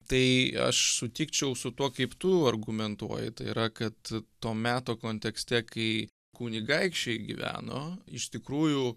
tai aš sutikčiau su tuo kaip tu argumentuoji tai yra kad to meto kontekste kai kunigaikščiai gyveno iš tikrųjų